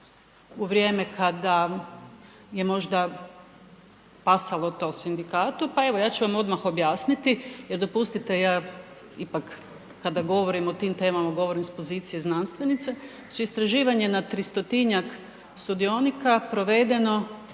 u vrijeme, kada je možda pasalo to sindikatu. Pa evo, ja ću vam odmah objasniti, jer dopustite, ja ipak, kada govorim o tim temama, govorim s pozicije znanstvenice. Znači istraživanje nad 300 sudionika, provedeno